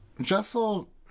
Jessel